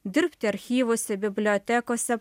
dirbti archyvuose bibliotekose